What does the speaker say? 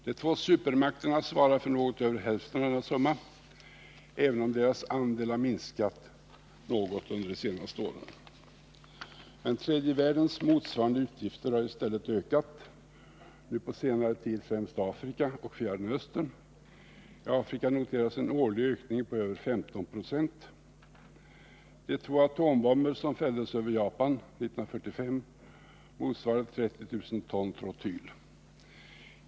De två supermakterna svarar för något över hälften av denna summa, även om deras andel har minskat något under de senaste åren. Men tredje världens motsvarande utgifter har i stället ökat, nu på senare tid främst Afrikas och Fjärran Österns. I Afrika noteras en årlig ökning på över 15 96. De två atombomber som fälldes över Japan 1945 motsvarade 30 000 ton trotyl.